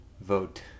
Vote